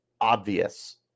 obvious